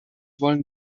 wollen